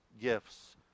gifts